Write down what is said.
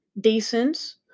decent